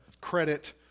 credit